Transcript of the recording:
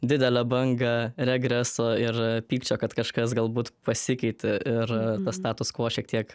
didelę bangą regreso ir pykčio kad kažkas galbūt pasikeitė ir tas status quo šiek tiek